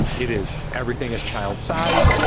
it is everything is child sized,